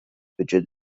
بجد